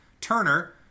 Turner